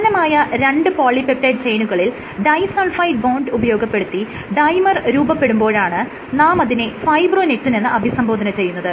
സമാനമായ രണ്ട് പോളിപെപ്റ്റൈഡ് ചെയ്നുകളിൽ ഡൈ സൾഫൈഡ് ബോണ്ട് ഉപയോഗപ്പെടുത്തി ഡൈമർ രൂപപെടുമ്പോഴാണ് നാം അതിനെ ഫൈബ്രോനെക്റ്റിൻ എന്ന് അഭിസംബോധന ചെയ്യുന്നത്